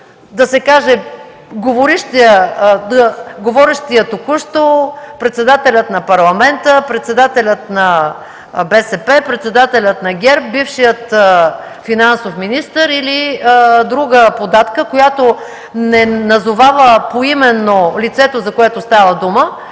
да се каже: „говорещият току-що”, „председателят на парламента”, „председателят на БСП”, „председателят на ГЕРБ”, „бившият финансов министър” или друга податка, която не назовава поименно лицето, за което става дума